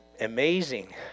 amazing